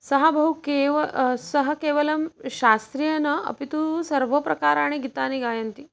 सः बहु केव सः केवलं शास्त्रीयं न अपि तु सर्वप्रकाराणि गीतानि गायति